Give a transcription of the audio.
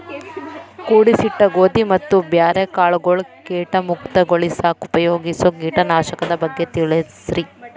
ಕೂಡಿಸಿಟ್ಟ ಗೋಧಿ ಮತ್ತ ಬ್ಯಾರೆ ಕಾಳಗೊಳ್ ಕೇಟ ಮುಕ್ತಗೋಳಿಸಾಕ್ ಉಪಯೋಗಿಸೋ ಕೇಟನಾಶಕದ ಬಗ್ಗೆ ತಿಳಸ್ರಿ